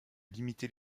limiter